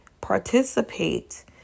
participate